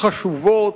חשובות,